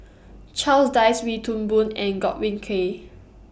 Charles Dyce Wee Toon Boon and Godwin Koay